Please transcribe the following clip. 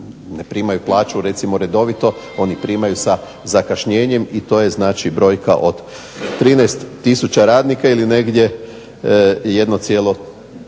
ne primaju plaću recimo redovito. Oni primaju sa zakašnjenjem i to je brojka od 13 tisuća radnika ili 1,3%